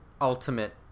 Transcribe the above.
ultimate